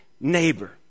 neighbor